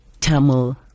Tamil